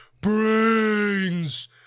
brains